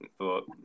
thought